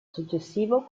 successivo